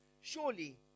Surely